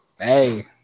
Hey